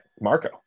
Marco